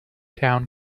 town